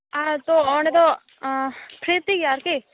ᱟᱫᱚ ᱚᱸᱰᱮ ᱫᱚ ᱯᱷᱤᱨᱤ ᱛᱮᱜᱮ ᱟᱨᱠᱤ